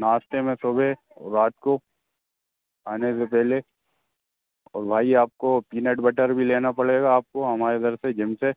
नाश्ते में सुबह और रात को खाने से पहले और भाई आपको पीनट बटर भी लेना पड़ेगा आपको हमारे घर से जिम से